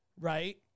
Right